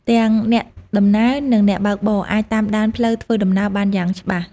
ទាំងអ្នកដំណើរនិងអ្នកបើកបរអាចតាមដានផ្លូវធ្វើដំណើរបានយ៉ាងច្បាស់។